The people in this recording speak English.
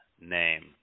name